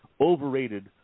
overrated